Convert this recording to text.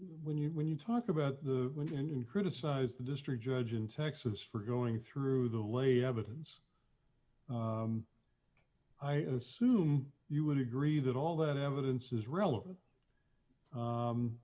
when you when you talk about the criticize the district judge in texas for going through the late evidence i assume you would agree that all that evidence is relevant